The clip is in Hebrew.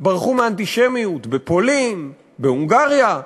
ברחו מהאנטישמיות בפולין, בהונגריה,